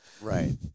Right